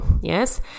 yes